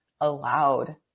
allowed